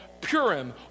Purim